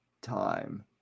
time